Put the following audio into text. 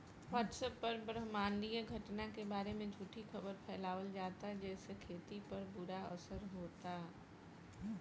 WhatsApp पर ब्रह्माण्डीय घटना के बारे में झूठी खबर फैलावल जाता जेसे खेती पर बुरा असर होता